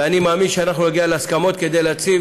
ואני מאמין שנגיע להסכמות כדי להציב